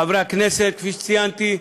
חברי הכנסת, כפי שציינתי,